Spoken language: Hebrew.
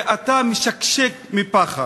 ואתה משקשק מפחד.